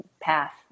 path